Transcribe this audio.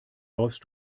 läufst